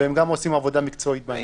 והם גם עושים עבודה מקצועית בעניין.